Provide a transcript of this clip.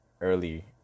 early